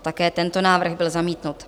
Také tento návrh byl zamítnut.